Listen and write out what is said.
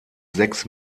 sechs